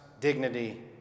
dignity